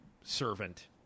servant